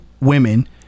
women